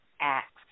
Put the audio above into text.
acts